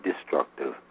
destructive